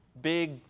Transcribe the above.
big